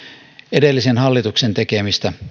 edellisen hallituksen tekemistä